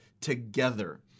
together